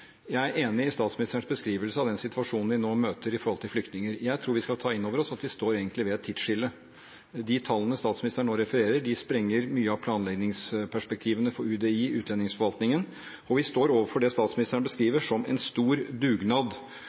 Jeg er enig i statsministerens beskrivelse av den situasjonen vi nå møter når det gjelder flyktninger. Jeg tror vi skal ta inn over oss at vi egentlig står ved et tidsskille. De tallene statsministeren nå refererer, sprenger mye av planleggingsperspektivene for UDI, utlendingsforvaltningen, og vi står overfor det statsministeren beskriver som en stor dugnad,